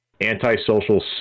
anti-social